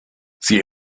sie